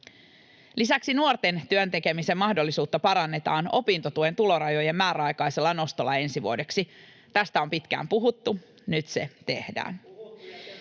Lisäksi nuorten työn tekemisen mahdollisuutta parannetaan opintotuen tulorajojen määräaikaisella nostolla ensi vuodeksi. Tästä on pitkään puhuttu, nyt se tehdään.